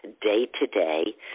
day-to-day